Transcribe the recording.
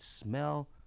smell